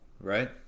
right